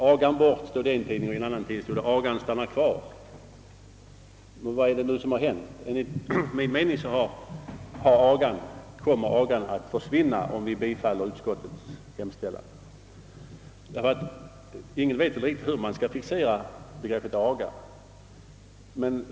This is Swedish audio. »Agan bort» står det i en tidning och i en annan »Agan stannar kvar». Hur ligger det egentligen till? Enligt min mening kommer agan att försvinna, om vi bifaller utskottets hemställan. Ingen vet riktigt, hur begreppet aga skall fixeras.